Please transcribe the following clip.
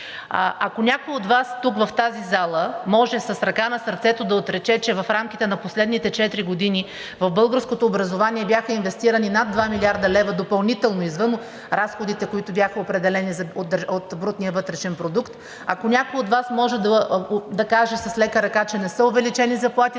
Ако някой от Вас тук в тази зала може с ръка на сърцето да отрече, че в рамките на последните четири години в българското образование бяха инвестирани допълнително над 2 млрд. лв., извън разходите, които бяха определени от брутния вътрешен продукт, ако някой от Вас може да каже с лека ръка, че не са увеличени заплатите